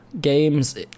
games